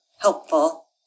helpful